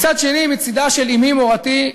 מצד שני, מצדה של אמי מורתי,